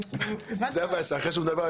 אחרי שהוא מדבר,